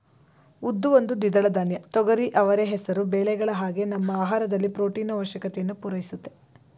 ಉದ್ದು ಒಂದು ದ್ವಿದಳ ಧಾನ್ಯ ತೊಗರಿ ಅವರೆ ಹೆಸರು ಬೇಳೆಗಳ ಹಾಗೆ ನಮ್ಮ ಆಹಾರದಲ್ಲಿ ಪ್ರೊಟೀನು ಆವಶ್ಯಕತೆಯನ್ನು ಪೂರೈಸುತ್ತೆ